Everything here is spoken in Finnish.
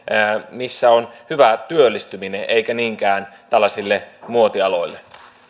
missä on hyvä työllistyminen eikä niinkään tällaisille muotialoille